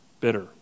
bitter